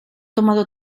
tomado